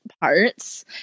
Parts